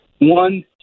one